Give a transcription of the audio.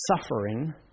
suffering